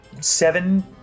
seven